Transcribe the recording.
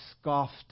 scoffed